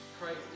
Christ